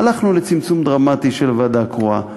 הלכנו לצמצום דרמטי של ועדות קרואות.